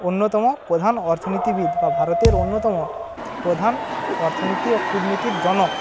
অন্যতম প্রধান অর্থনীতিবিদ বা ভারতের অন্যতম প্রধান অর্থনীতি ও কূটনীতির জনক